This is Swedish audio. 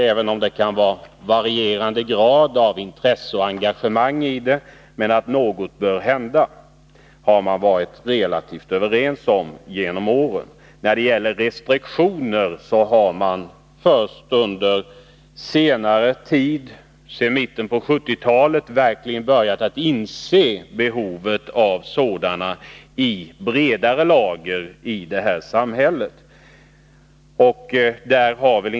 Även om Nr 132 intresset och engagemanget har varierat, har man genom åren varit relativt överens om att något bör hända. Däremot är det först under senare tid, sedan mitten av 1970-talet, som samhällets breda lager verkligen har börjat inse behovet av restriktioner.